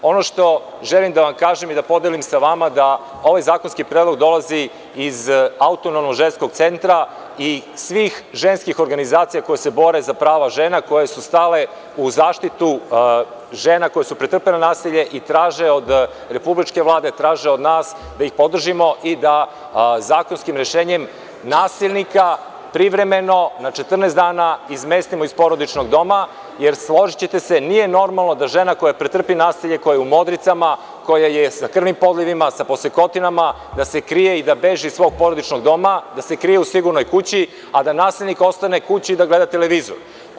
Ono što želim da vam kažem i da podelim sa vama jeste da ovaj zakonski predlog dolazi iz Autonomnog ženskog centra i svih ženskih organizacija koje se bore za prava žena koje su stale u zaštitu žena koje su pretrpele nasilje i traže od Republičke vlade, traže od nas da ih podržimo i da zakonskim rešenjem nasilnika izmestimo privremeno na 14 dana iz porodičnog doma, jer nije normalno, složićete se, da žena koja pretrpi nasilje, koja je u modricama, koja je sa krvnim podlivima, sa posekotima se krije i beži iz svog porodičnog doma, da se krije u sigurnoj kući, a da nasilnik ostane kući da gleda televizor.